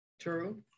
True